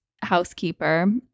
housekeeper